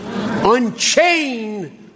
Unchain